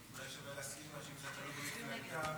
אולי שווה להזכיר לה שזה תלוי במפלגתה.